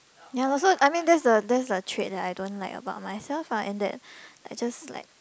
ya loh so I mean that's the that's the trait that I don't like about myself lah and that I just like